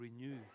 renew